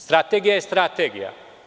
Strategija je strategija.